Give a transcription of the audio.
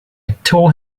tore